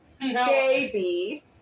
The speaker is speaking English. baby